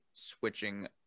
Switching